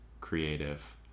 creative